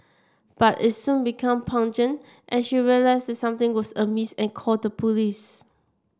but it soon became pungent and she realised that something was amiss and called the police